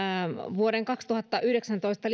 vuoden kaksituhattayhdeksäntoista